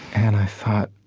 and i thought,